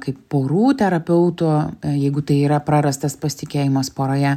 kaip porų terapeuto jeigu tai yra prarastas pasitikėjimas poroje